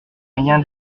rien